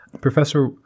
Professor